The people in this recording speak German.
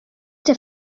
der